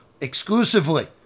exclusively